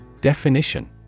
Definition